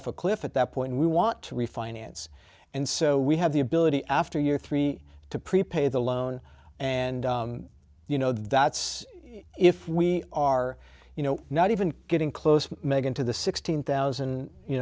off a cliff at that point we want to refinance and so we have the ability after year three to prepay the loan and you know that's if we are you know not even getting close meghan to the sixteen thousand you